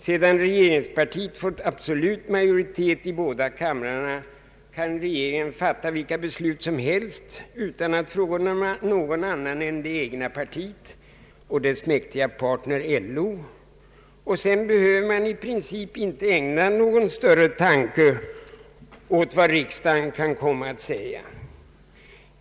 Sedan regeringspartiet fått absolut majoritet i båda kamrarna kan regeringen fatta vilka beslut som helst utan att fråga någon annan än det egna partiet och dess mäktiga partner LO. Därefter behöver man inte i princip ägna någon större uppmärksamhet åt vad riksdagen kan komma att säga.